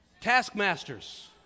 taskmasters